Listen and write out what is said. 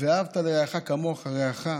"ואהבת לרעך כמוך" רעך,